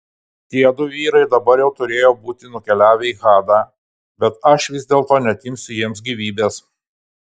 tiedu vyrai dabar jau turėjo būti nukeliavę į hadą bet aš vis dėlto neatimsiu jiems gyvybės